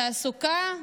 תעסוקה,